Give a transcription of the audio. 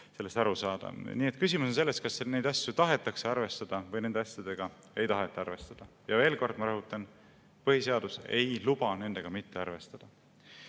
sellest aru saada. Nii et küsimus on selles, kas nende asjadega tahetakse arvestada või nende asjadega ei taheta arvestada. Veel kord rõhutan, et põhiseadus ei luba nendega mitte arvestada. Lõpetuseks